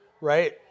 Right